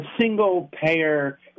single-payer